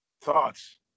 Thoughts